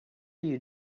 you